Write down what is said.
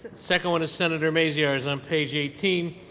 second one is senator maziarz, um page eighteen,